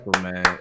man